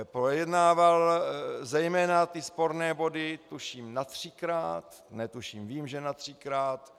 Projednával zejména sporné body, tuším, natřikrát netuším, vím, že natřikrát.